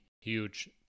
huge